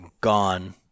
gone